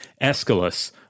Aeschylus